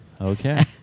Okay